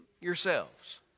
yourselves